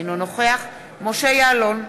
אינו נוכח משה יעלון,